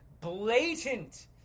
blatant